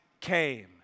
came